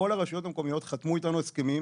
כל הרשויות המקומיות חתמו איתנו הסכמים.